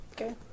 Okay